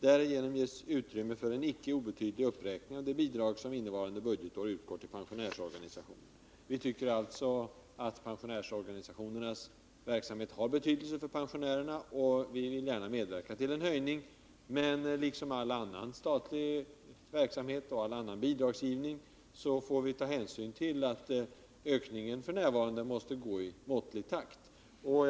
Därigenom ges utrymme för en icke obetydlig uppräkning av de bidrag som för innevarande budgetår utgår till pensionärsorganisationer.” Vi tycker alltså att pensionärsorganisationernas verksamhet har betydelse för pensionärerna och vill gärna medverka till en höjning. Men liksom när det gäller all annan bidragsgivning får vi ta hänsyn till att ökningen f. n. måste ske i måttlig takt.